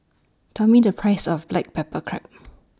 Tell Me The Price of Black Pepper Crab